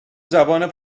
زبان